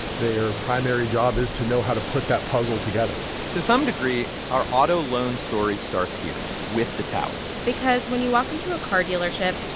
their primary job is to know how to put that puzzle together to some degree, our auto loan story starts here, with the towers because when you walk into a car dealership,